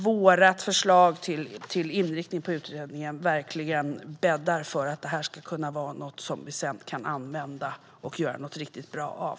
Vårt förslag till inriktning på utredningen bäddar verkligen för att detta ska bli något som vi kan använda och göra någonting riktigt bra av.